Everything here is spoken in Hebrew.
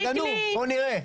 תגנו, בואו נראה.